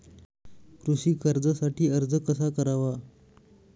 कृषी कर्जासाठी अर्ज कसा करावा?